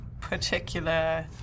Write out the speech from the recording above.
particular